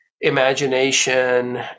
imagination